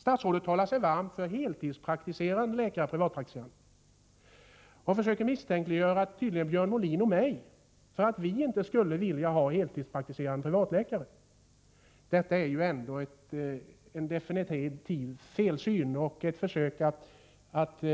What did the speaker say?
Statsrådet talar sig varm för heltidspraktiserande privatläkare och försöker misstänkliggöra Björn Molin och mig genom att ge ett intryck av att vi inte skulle vilja ha heltidspraktiserande privatläkare. Detta är en definitiv felsyn — och ett försök att